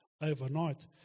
overnight